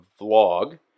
vlog